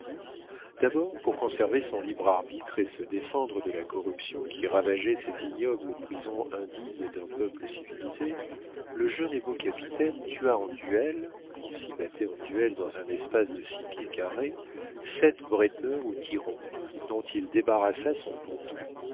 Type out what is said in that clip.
d'abord pour conserver son libre arbitre et se défendre de la corruption qui ravageait ces ignobles prisons indignes d'un peuple civilisé le jeune et beau capitaine tua en duel on s'y battait en duel dans un espace de six pieds carrés sept bretteurs ou tyrans dont il débarrassa son